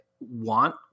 want